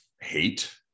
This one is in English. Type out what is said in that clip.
hate